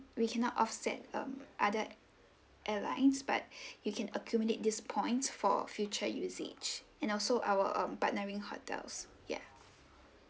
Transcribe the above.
we cannot offset um other airlines but you can accumulate these points for future usage and also our um partnering hotels yeah